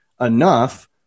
enough